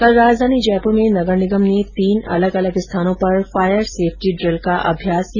कल राजधानी जयपुर में नगर निगम ने तीन अलग अलग स्थानों पर फायर सेफ्टी ड्रिल का अभ्यास किया